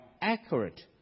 accurate